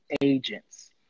agents